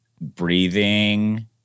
breathing